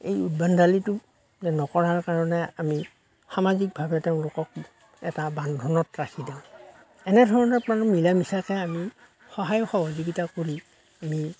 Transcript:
এই উদ্ভণ্ডালিটো নকৰাৰ কাৰণে আমি সামাজিকভাৱে তেওঁলোকক এটা বান্ধোনত ৰাখি দিওঁ এনে ধৰণৰ মানে মিলা মিছাকৈ আমি সহায় সহযোগিতা কৰি আমি